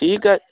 ਠੀਕ ਹੈ